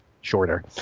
shorter